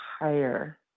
higher